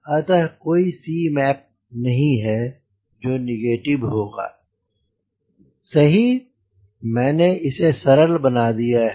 अतः कोई Cmac नहीं है जो नेगेटिव होगा सही मैंने इसे सरल बना दिया है